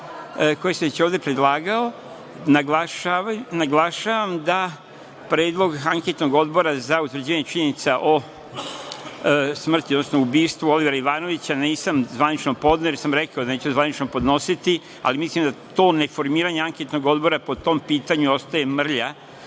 koje sam već ovde predlagao, naglašavam da Predlog Anketnog odbora za utvrđivanje činjenica o smrti, odnosno ubistvu Olivera Ivanovića nisam zvanično podneo, jer sam rekao da neću zvanično podnositi, ali mislim da to neformiranje anketnog odbora po tom pitanju ostaje mrlja,